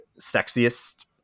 sexiest